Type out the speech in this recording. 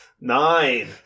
nine